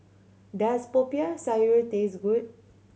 does Popiah Sayur taste good